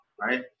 Right